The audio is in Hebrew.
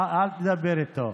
אל תדבר איתו,